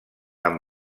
amb